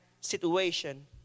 situation